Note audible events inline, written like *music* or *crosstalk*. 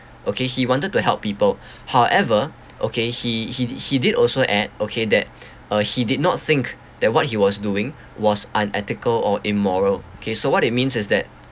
okay he wanted to help people *breath* however okay he he he did also add okay that *breath* uh he did not think that what he was doing was unethical or immoral kay so what it means is that